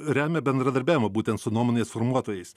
remia bendradarbiavimu būtent su nuomonės formuotojais